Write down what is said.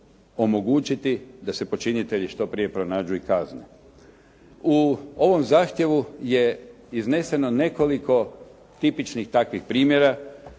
omogućiti da se počinitelji što prije pronađu i kazne. U ovom zahtjevu je izneseno nekoliko tipičnih takvih primjera.